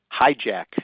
hijack